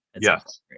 Yes